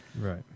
Right